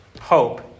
hope